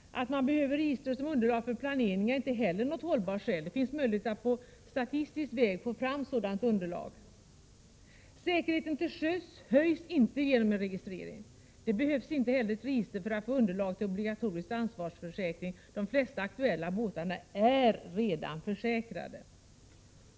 Att man behöver registret som underlag för planering är inte heller något hållbart skäl, det finns möjlighet att på statistisk väg få fram sådant underlag. Säkerheten till sjöss höjs inte genom en registrering. Det behövs inte heller ett register för att få underlag för obligatorisk ansvarsförsäkring, de flesta aktuella båtarna är redan försäkrade.